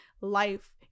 life